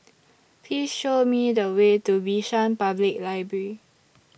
Please Show Me The Way to Bishan Public Library